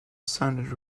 sounded